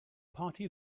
party